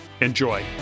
enjoy